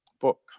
book